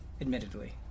admittedly